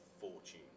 fortune